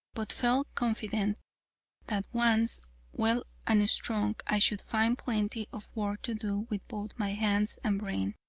but felt confident that once well and strong i should find plenty of work to do with both my hands and brain.